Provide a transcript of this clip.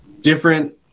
different